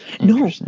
No